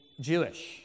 Jewish